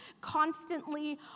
constantly